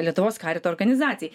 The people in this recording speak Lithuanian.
lietuvos karito organizacijai